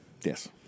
Yes